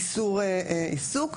איסור עיסוק.